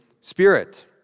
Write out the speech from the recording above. Spirit